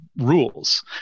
rules